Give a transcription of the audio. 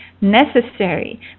necessary